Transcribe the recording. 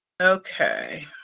okay